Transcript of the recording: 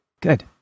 Good